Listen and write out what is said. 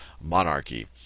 monarchy